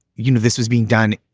you know, this was being done.